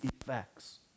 effects